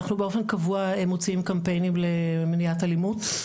אנחנו באופן קבוע מוציאים קמפיינים למניעת אלימות.